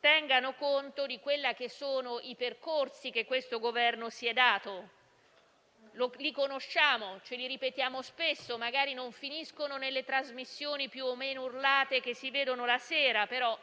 tengano conto del percorso che questo Governo si è prefisso. Li conosciamo, ce li ripetiamo spesso e magari non finiscono nelle trasmissioni, più o meno urlate, che si vedono la sera, ma